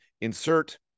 insert